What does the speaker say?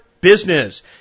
business